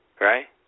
right